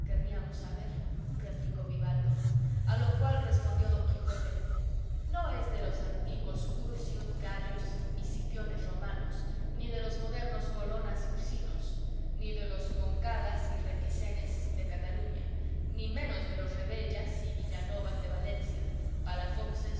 querríamos saber replicó vivaldo a lo cual respondió don quijote no es de los antiguos curcios gayos y cipiones romanos ni de los modernos colonas y ursinos ni de los moncadas y requesenes de cataluña ni menos de los rebellas y villanovas de valencia palafoxes